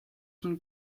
from